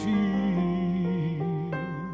Feel